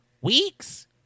week's